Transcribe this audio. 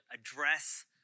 Address